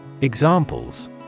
Examples